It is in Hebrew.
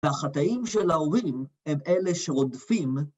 ‫והחטאים של ההורים ‫הם אלה שרודפים.